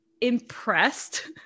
impressed